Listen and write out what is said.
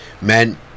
men